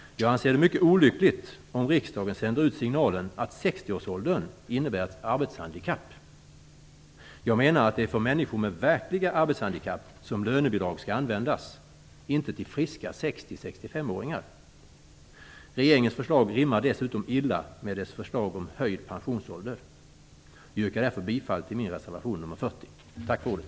Jag anser det mycket olyckligt om riksdagen sänder ut signalen att 60-årsåldern innebär ett arbetshandikapp. Jag menar att lönebidrag skall användas för människor med verkliga arbetshandikapp och inte till friska 60-65-åringar. Regeringens förslag rimmar dessutom illa med förslaget om höjd pensionsålder. Jag yrkar därför bifall till min reservation nr 40. Tack för ordet!